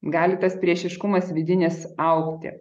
gali tas priešiškumas vidinis augti